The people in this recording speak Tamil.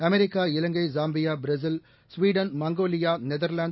அமெரிக்கா இலங்கை ஜாம்பியா பிரேஸில் ஸ்வீடன் மங்கோலியா நெதர்வாந்து